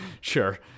sure